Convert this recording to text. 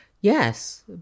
Yes